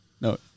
No